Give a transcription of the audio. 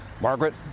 Margaret